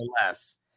less